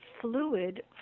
fluid